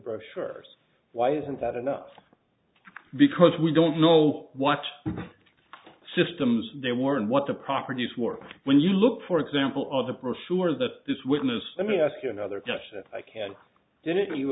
brochures why isn't that enough because we don't know what systems there were and what the properties work when you look for example of the brochure that this witness let me ask you another question if i can